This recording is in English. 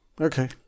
Okay